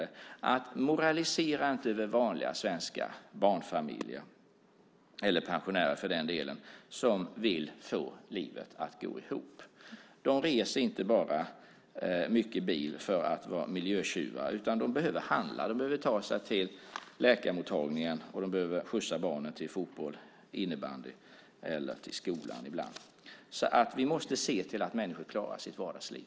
Men jag tycker inte att man ska moralisera över vanliga svenska barnfamiljer, eller pensionärer för den delen, som vill få livet att gå ihop. De reser inte mycket med bil för att vara miljötjuvar, utan de behöver handla. De behöver ta sig till läkarmottagningen, och de behöver skjutsa barnen till fotboll, innebandy eller till skolan ibland. Vi måste se till att människor klarar sitt vardagsliv.